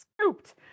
scooped